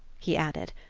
he added,